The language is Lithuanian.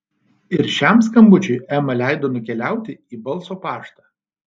ir šiam skambučiui ema leido nukeliauti į balso paštą